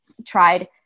tried